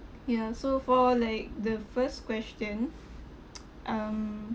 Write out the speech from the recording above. ya so for like the first question um